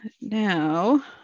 now